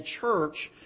church